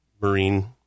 Marine